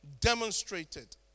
demonstrated